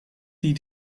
die